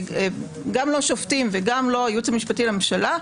גם לא שופטים וגם לא הייעוץ המשפטי לממשלה,